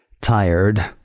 Tired